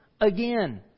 again